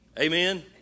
Amen